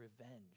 revenge